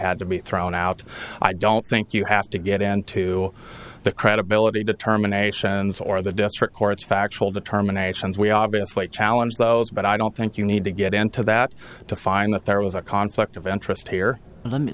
had to be thrown out i don't think you have to get into the credibility determinations or the district court's factual determination as we obviously challenge those but i don't think you need to get into that to find that there was a conflict of interest here but let me